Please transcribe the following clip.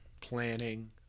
planning